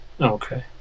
Okay